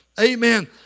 amen